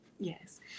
Yes